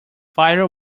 viral